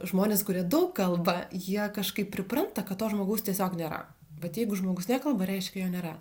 žmonės kurie daug kalba jie kažkaip pripranta kad to žmogaus tiesiog nėra bet jeigu žmogus nekalba reiškia jo nėra